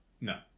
No